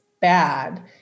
bad